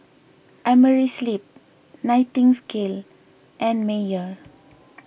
Amerisleep Nightingale and Mayer